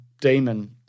demon